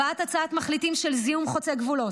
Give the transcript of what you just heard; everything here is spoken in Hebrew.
הבאת הצעת מחליטים של זיהום חוצה גבולות,